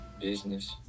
business